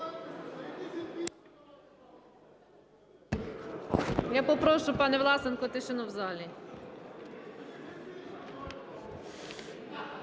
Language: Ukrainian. Я попрошу, пане Власенко, тишину в залі.